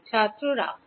ছাত্র রাখো